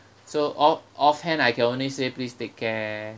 so o~ off hand I can only say please take care